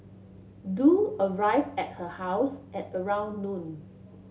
Du arrive at her house at around noon